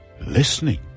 listening